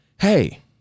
hey